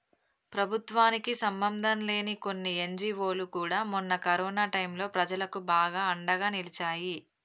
ప్రభుత్వానికి సంబంధంలేని కొన్ని ఎన్జీవోలు కూడా మొన్న కరోనా టైంలో ప్రజలకు బాగా అండగా నిలిచాయి